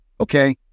okay